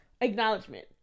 Acknowledgement